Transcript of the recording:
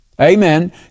Amen